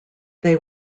they